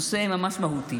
נושא ממש מהותי.